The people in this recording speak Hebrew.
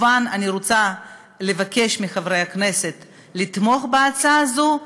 אני רוצה כמובן לבקש מחברי הכנסת לתמוך בהצעה הזאת,